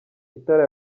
itara